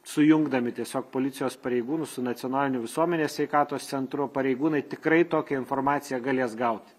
sujungdami tiesiog policijos pareigūnus su nacionaliniu visuomenės sveikatos centru pareigūnai tikrai tokią informaciją galės gauti